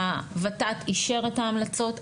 הות"ת אישר את ההמלצות,